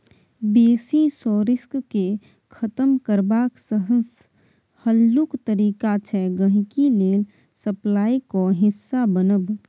basis risk केँ खतम करबाक सबसँ हल्लुक तरीका छै गांहिकी लेल सप्लाईक हिस्सा बनब